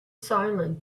silent